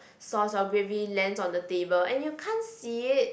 sauce of gravy land on the table and you can't see it